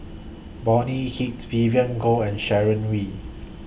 Bonny Hicks Vivien Goh and Sharon Wee